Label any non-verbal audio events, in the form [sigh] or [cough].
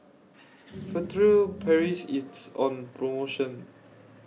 [noise] Furtere Paris IS on promotion